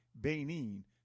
Benin